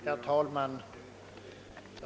Herr talman!